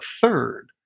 third